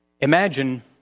Imagine